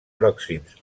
pròxims